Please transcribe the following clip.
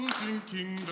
sinking